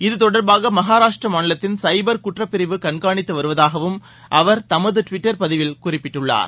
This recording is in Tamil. இத்தொடர்பாக மஹாராஷ்ட்ரா மாநிலத்தின் சைபர் குற்றட்பிரிவு கண்காணித்து வருவதாகவும் அவர் தமது டுவிட்டர் பதிவில் குறிப்பிட்டுள்ளார்